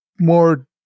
more